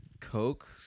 Coke